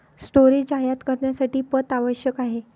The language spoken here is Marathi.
स्टोरेज आयात करण्यासाठी पथ आवश्यक आहे